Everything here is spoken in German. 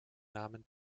namen